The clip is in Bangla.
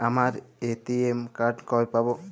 আমার এ.টি.এম কার্ড কবে পাব?